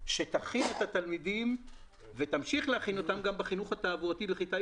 שתכין את התלמידים ותמשיך להכין אותם גם בחינוך התעבורתי בכיתה